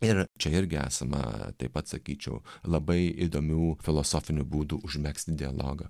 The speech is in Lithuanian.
ir čia irgi esama taip pat sakyčiau labai įdomių filosofinių būdų užmegzti dialogą